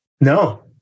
No